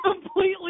Completely